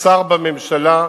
שר בממשלה,